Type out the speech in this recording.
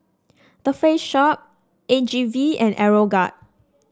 The Face Shop A G V and Aeroguard